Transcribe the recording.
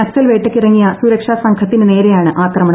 നക്സൽ വേട്ടയ്ക്കിറങ്ങിയ സുരക്ഷാ സംഘത്തിനു നേരെയാണ് ആക്രമണം